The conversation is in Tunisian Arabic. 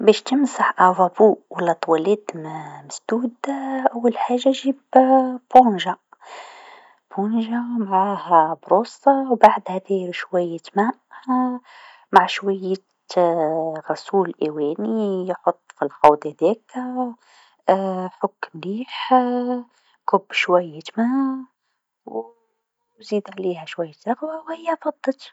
باش تمسح الحوض و المرحاض م- مسدود، أول حاجة جيب إسفنجه معاها فرشاة و بعدها دير شويا ماء مع شويا غسول أواني، حط في الحوض هذاك حك مليح، كب شويا ماء و زيد عليها شويا رغوه و هي فضت.